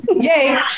Yay